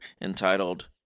entitled